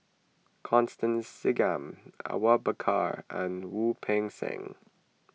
Constance Singam Awang Bakar and Wu Peng Seng